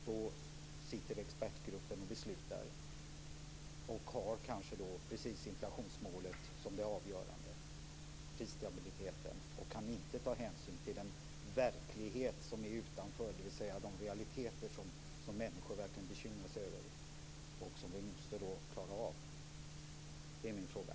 Då beslutar expertgruppen, och den har kanske just inflationsmålet och prisstabiliteten som det avgörande. Den kan inte ta hänsyn till den verklighet som råder utanför, dvs. de realiteter som människor verkligen bekymrar sig över och som vi måste klara av. Det är min fråga.